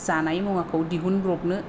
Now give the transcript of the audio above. जानाय मुवाखौ दिहुनब्रबनो